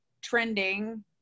trending